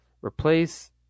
replace